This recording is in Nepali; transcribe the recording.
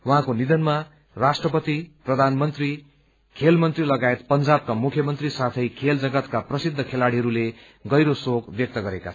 उहाँको निधनमा राष्ट्रपति प्रधानमन्त्री खेलमन्त्री लगायत पंजाबका मुख्यमन्त्री साथै खेल जगतका प्रसिद्द खेलाड़ीहरूले गहिरो शोक व्यक्त गरेका छन्